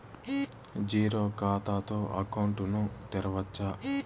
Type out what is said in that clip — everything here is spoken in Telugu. జీరో ఖాతా తో అకౌంట్ ను తెరవచ్చా?